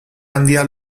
handia